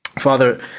Father